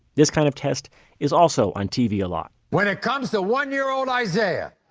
this kind of test is also on tv a lot. when it comes to one-year-old isaiah.